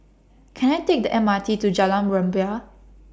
Can I Take The M R T to Jalan Rumbia